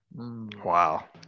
Wow